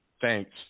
thanks